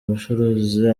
abacuruzi